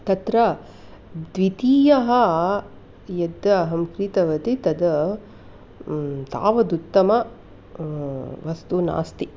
तत्र द्वितीयः यत् अहं क्रीतवती तद् तावदुत्तमः वस्तु नास्ति